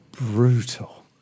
Brutal